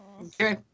Okay